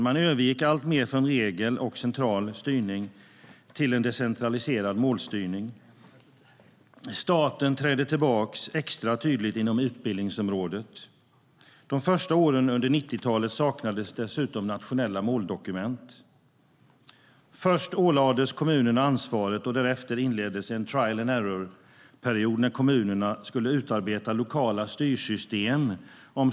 Man övergick allt mer från regelstyrning och central styrning till en decentraliserad målstyrning. Staten trädde tillbaka, extra tydligt inom utbildningsområdet. De första åren under 90-talet saknades dessutom nationella måldokument. Först ålades kommunerna ansvaret. Därefter inleddes en period av "trial and error", då kommunerna skulle utarbeta lokala styrsystem.